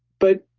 but,